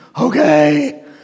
okay